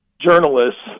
journalists